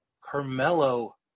carmelo